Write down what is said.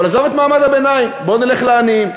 אבל עזוב את מעמד הביניים, בוא נלך לעניים.